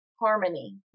harmony